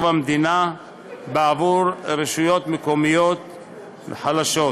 המדינה בעבור רשויות מקומיות חלשות,